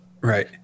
Right